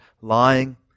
lying